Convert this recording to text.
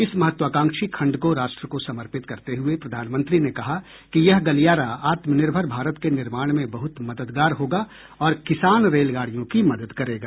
इस महत्वाकांक्षी खंड को राष्ट्र को समर्पित करते हुए प्रधानमंत्री ने कहा कि यह गलियारा आत्मनिर्भर भारत के निर्माण में बहुत मददगार होगा और किसान रेलगाडियों की मदद करेगा